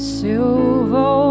silver